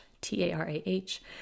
T-A-R-A-H